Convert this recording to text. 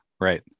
Right